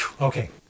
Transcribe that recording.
okay